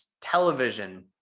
television